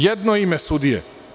Jedno ime sudije?